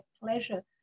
pleasure